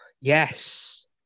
Yes